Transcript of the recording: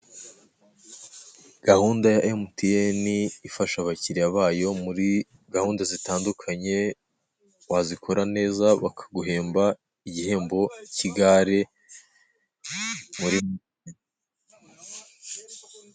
Gahunda ya emutiyene ifasha abakiriya bayo muri gahunda zitandukanye wazikora neza bakaguhemba igihembo k'igare.